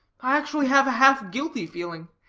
i actually have a half guilty feeling,